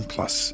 Plus